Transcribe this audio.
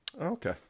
Okay